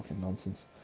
nonsense